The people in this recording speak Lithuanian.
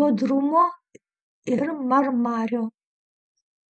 bodrumo ir marmario